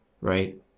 Right